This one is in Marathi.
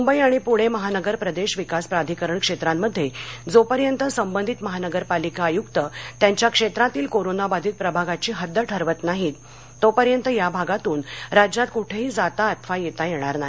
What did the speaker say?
मुंबई आणि पूणे महानगर प्रदेश विकास प्राधिकरण क्षेत्रांमध्ये जोपर्यंत संबंधित महानगरपालिका आयुक्त त्यांच्या क्षेत्रातील कोरोनाबाधित प्रभागाची हद्द ठरवत नाहीत तोपर्यंत या भागातून राज्यात कोठेही जाता अथवा येता येणार नाही